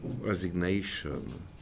resignation